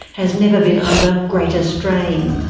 has never been under greater strain.